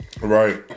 Right